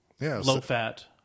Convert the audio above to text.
low-fat